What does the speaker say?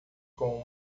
com